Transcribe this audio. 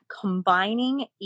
combining